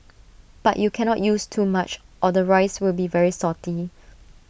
but you cannot use too much or the rice will be very salty